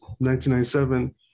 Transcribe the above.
1997